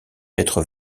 être